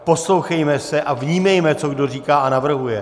Poslouchejme se a vnímejme, co kdo říká a navrhuje.